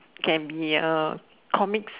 can be uh comics